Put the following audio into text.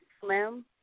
slim